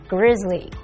Grizzly